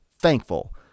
thankful